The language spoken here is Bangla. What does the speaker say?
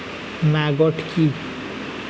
ম্যাগট কি?